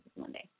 Monday